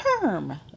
term